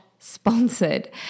Sponsored